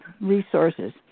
resources